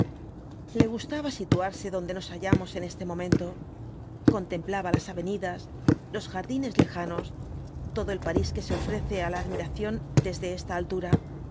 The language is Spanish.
le gustaba situarse donde nos hallamos en este momento contemplaba las avenidas los jardines lejanos todo el parís que se ofrece á la admiración desde esta altura